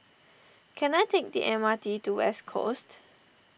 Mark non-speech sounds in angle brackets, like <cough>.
<noise> can I take the M R T to West Coast